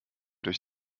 durch